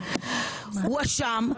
הואשם,